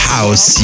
House